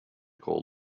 call